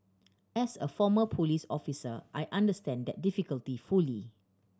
as a former police officer I understand that difficulty fully